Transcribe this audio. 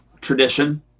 tradition